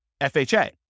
FHA